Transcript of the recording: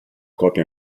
copie